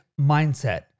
mindset